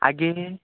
आगे